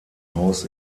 haus